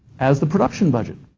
as the production budget.